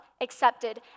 accepted